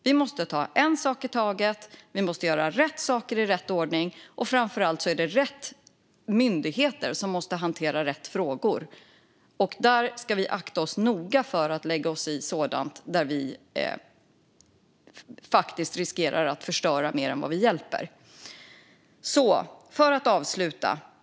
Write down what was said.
Vi måste ta en sak i taget, och vi måste göra rätt saker i rätt ordning. Framför allt måste rätt myndigheter hantera rätt frågor, och vi måste akta oss noga för att lägga oss i sådant där vi faktiskt riskerar att förstöra mer än vad vi hjälper.